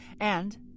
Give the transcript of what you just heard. And